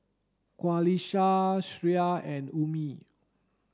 Qalisha Syah and Ummi